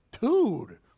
Dude